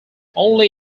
only